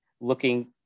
looking